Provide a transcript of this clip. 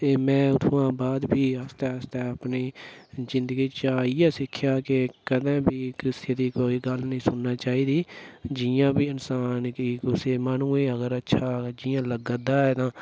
ते मैं उत्थुआं बाद फ्ही आस्तै आस्तै अपनी जिन्दगी च इ'यै सिक्खेआ कि कदें बी किसे दी कोई गल्ल नेईं सुननी चाहिदी जियां बी इन्सान गी कुसै माह्नुए गी अगर अच्छा जियां लग्गै'रदा ऐ उ'आं